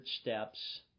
steps